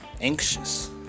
anxious